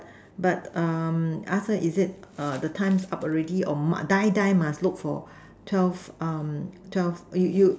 but um ask her is it err the times up already or m~ die die must look for twelve um twelve you you